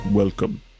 Welcome